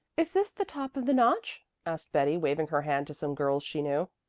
is this the top of the notch? asked betty, waving her hand to some girls she knew.